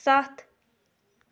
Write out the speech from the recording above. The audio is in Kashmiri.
ستھ